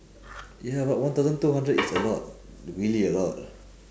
ya but one thousand two hundred is a lot really a lot